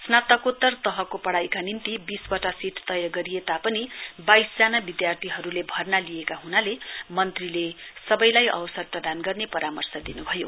स्नातकोत्तर तहको पढ़ाइका निम्ति वीसवटा सीट तय गरे तापनि वाइसजना विधार्थीहरुले भर्ना लिएका ह्नाले मन्त्रीले सवैलाई अवसर प्रदान गर्ने परामर्श दिन्भयो